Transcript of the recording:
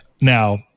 Now